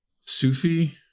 sufi